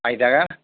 আহি থাকা